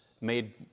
made